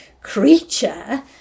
creature